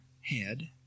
head